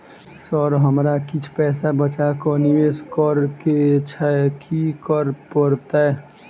Sir हमरा किछ पैसा बचा कऽ निवेश करऽ केँ छैय की करऽ परतै?